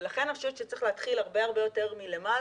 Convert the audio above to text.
ולכן אני חושבת שצריך להתחיל הרבה יותר מלמעלה.